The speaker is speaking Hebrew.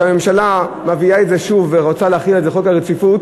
שהממשלה מביאה את זה שוב ורוצה להחיל על זה חוק רציפות,